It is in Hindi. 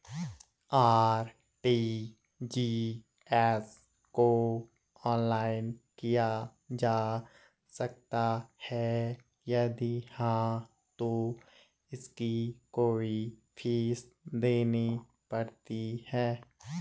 आर.टी.जी.एस को ऑनलाइन किया जा सकता है यदि हाँ तो इसकी कोई फीस देनी पड़ती है?